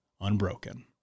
unbroken